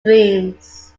dreams